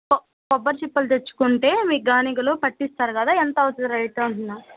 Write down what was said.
కొబ్బరి చిప్పలు తెచ్చుకుంటే మీ గానిగలో పట్టిస్తారు కదా ఎంత అవుతుంది రేటు అంటున్నా